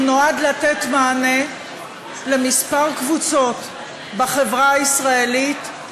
הוא נועד לתת מענה לכמה קבוצות בחברה הישראלית,